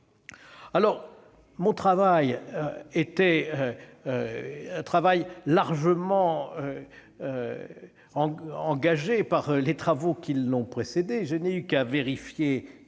tenir. Mon travail était déjà largement engagé par les travaux qui l'ont précédé. Je n'ai eu qu'à vérifier